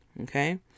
Okay